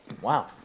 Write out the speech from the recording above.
wow